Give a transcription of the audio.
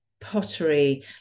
pottery